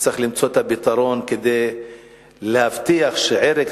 וצריך למצוא את הפתרון כדי להבטיח שאכן ערך